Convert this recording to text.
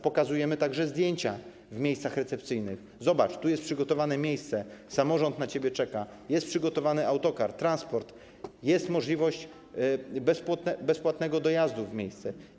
Pokazujemy także zdjęcia w miejscach recepcyjnych: Zobacz, tu jest przygotowywane miejsce, samorząd na ciebie czeka, jest przygotowany autokar, transport, jest możliwość bezpłatnego dojazdu na miejsce.